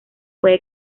puede